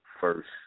first